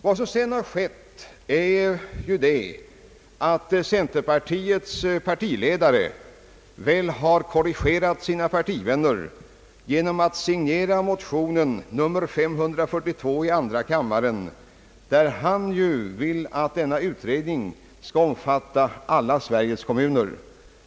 Vad som sedan skett är att centerns partiledare Gunnar Hedlund har korrigerat sina partivänner genom att signera motionen nr 542 i andra kammaren, där han ju vill att denna utredning skall omfatta alla Sveriges kommuner.